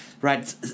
right